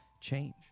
change